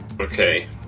Okay